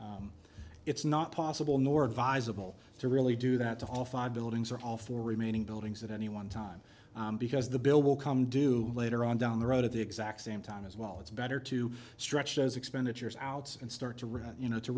it's not possible nor advisable to really do that to all five buildings or all four remaining buildings at any one time because the bill will come due later on down the road at the exact same time as well it's better to stretch as expenditures out and start to run you know to